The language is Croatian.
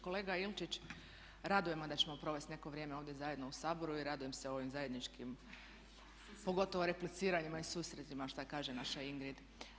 Kolega Ilčić, raduje me da ćemo provesti neko vrijeme ovdje zajedno u Saboru i radujem se ovim zajedničkim pogotovo repliciranjima i susretima šta kaže naša Ingrid.